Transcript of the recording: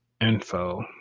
info